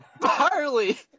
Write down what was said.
Barley